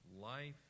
Life